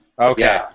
Okay